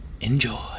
Enjoy